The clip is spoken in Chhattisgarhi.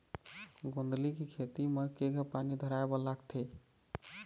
गोंदली के खेती म केघा पानी धराए बर लागथे?